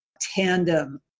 tandem